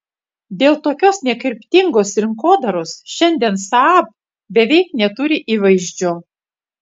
dėl tokios nekryptingos rinkodaros šiandien saab beveik neturi įvaizdžio